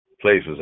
Places